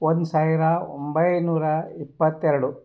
ಒಂದು ಸಾವಿರ ಒಂಬೈನೂರ ಇಪ್ಪತ್ತೆರಡು